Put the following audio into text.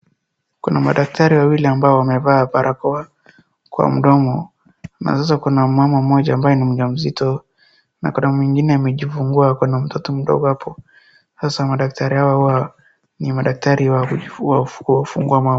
Kuna madaktari wawili ambao wamevaa barakoa kwa mdomo na sasa kuna mama mmoja ambaye ni mjamzito na kuna mwingine amejifungua ako na mtoto mdogo hapo. Sasa madaktari hawa huwa ni madaktari wa kufungua mama.